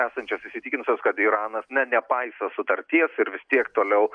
esančios įsitikinusios kad iranas na nepaiso sutarties ir vis tiek toliau